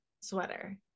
sweater